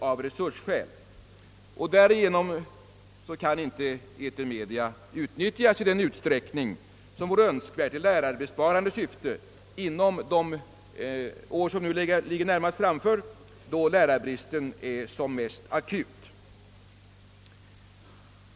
Av den anledningen kan etermedierna inte i den utsträckning som vore Önskvärt utnyttjas i lärarbesparande syfte under de närmaste åren, då lärarbristen är som mest akut.